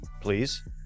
Please